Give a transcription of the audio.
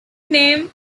name